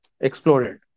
Exploded